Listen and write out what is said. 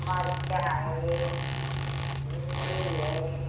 मिर्चा है भिंडी है